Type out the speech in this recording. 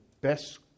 best